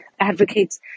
advocates